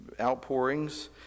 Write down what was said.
outpourings